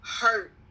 hurt